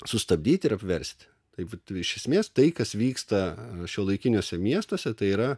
sustabdyti ir apversti taip iš esmės tai kas vyksta šiuolaikiniuose miestuose tai yra